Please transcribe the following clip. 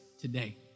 today